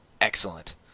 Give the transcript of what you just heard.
excellent